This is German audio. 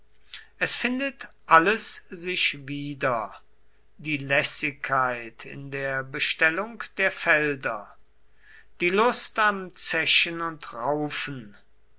es findet alles sich wieder die lässigkeit in der bestellung der felder die lust am zechen und raufen